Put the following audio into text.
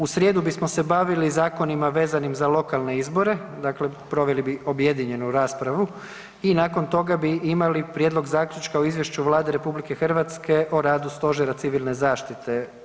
U srijedu bismo se bavili zakonima vezanim za lokalne izbore, dakle proveli bi objedinjenu raspravu i nakon toga bi imali prijedlog Zaključka o Izvješću Vlade RH o radu Stožera civilne zaštite.